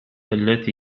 التي